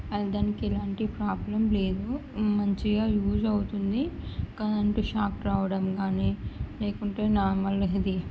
and దానికి ఎలాంటి problem లేదు మంచిగా యూజ్ అవుతుంది కరెంట్ షాక్ రావడం కానీ లేకుంటే నార్మల్ ఇది